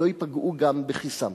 שלא ייפגעו גם בכיסם.